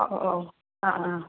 ഓ ഓ ആ ആ